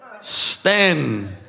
Stand